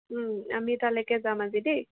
আমি তালৈকে যাম আজি দেই